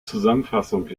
zusammenfassung